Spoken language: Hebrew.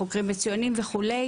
חוקרים מצוינים וכו',